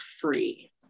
free